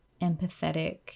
empathetic